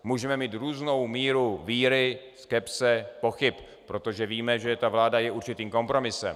Můžeme mít různou míru víry, skepse, pochyb, protože víme, že ta vláda je určitým kompromisem.